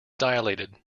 dilated